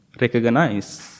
recognize